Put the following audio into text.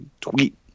tweet